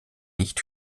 nicht